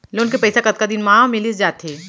Loan के पइसा कतका दिन मा मिलिस जाथे?